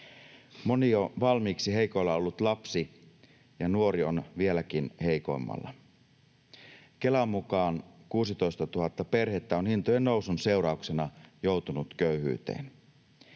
Moni jo valmiiksi heikoilla ollut lapsi ja nuori on vieläkin heikommalla. Kelan mukaan 16 000 perhettä on hintojen nousun seurauksena joutunut köyhyyteen.